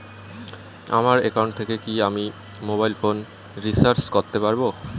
আমার একাউন্ট থেকে কি আমি মোবাইল ফোন রিসার্চ করতে পারবো?